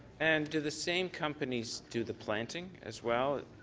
and do the same companies do the planting as well?